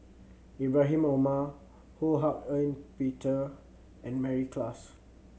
Ibrahim Omar Ho Hak Ean Peter and Mary Klass